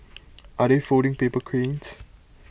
are they folding paper cranes